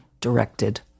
directed